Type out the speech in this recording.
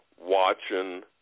watching